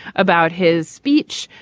about his speech,